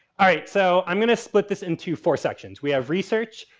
alright, so i'm gonna split this into four sections. we have research,